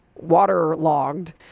waterlogged